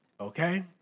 okay